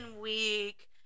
Week